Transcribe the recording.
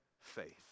faith